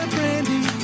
Brandy